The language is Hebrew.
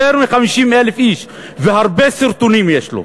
יותר מ-50,000 איש, והרבה סרטונים יש לו.